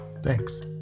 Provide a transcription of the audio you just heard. Thanks